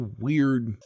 weird